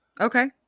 okay